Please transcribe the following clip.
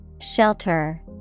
Shelter